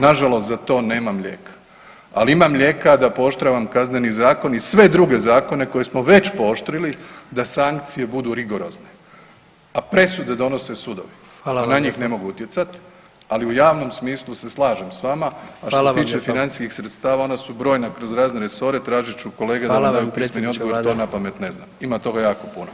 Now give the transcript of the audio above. Nažalost za to nemam lijeka, ali imam lijeka da pooštravam Kazneni zakon i sve druge zakone koje smo već pooštrili da sankcije budu rigorozne, a presude donose sudovi, [[Upadica: Hvala vam lijepa]] a na njih ne mogu utjecat, ali u javnom smislu se slažem s vama [[Upadica: Hvala vam lijepa]] A što se tiče financijski sredstava ona su brojna kroz razne resore, tražit ću kolege da vam daju pismeni odgovor, to napamet ne znam, ima toga jako puno.